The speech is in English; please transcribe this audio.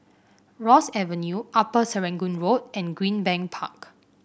Ross Avenue Upper Serangoon Road and Greenbank Park